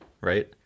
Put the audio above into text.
right